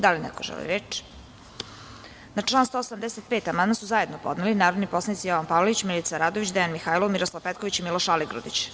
Da li neko želi reč? (Ne.) Na član 185. amandman su zajedno podneli narodni poslanici Jovan Palalić, Milica Radović, Dejan Mihajlov, Miroslav Petković i Miloš Aligrudić.